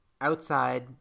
outside